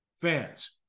fans